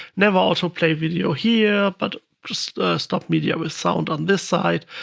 never autoplay video here, but just stop media with sound on this site.